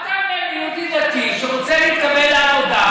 מה תענה ליהודי דתי שרוצה להתקבל לעבודה